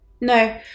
No